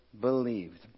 believed